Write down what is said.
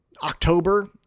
October